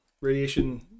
radiation